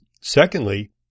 secondly